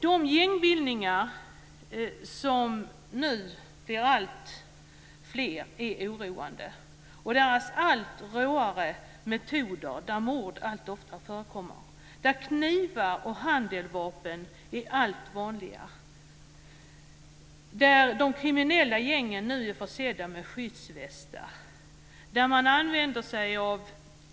De gängbildningar som nu blir alltfler är oroande. Man använder allt råare metoder. Mord förekommer allt oftare. Knivar och handeldvapen blir allt vanligare. Man är nu i de kriminella gängen försedd med skyddsvästar, och man använder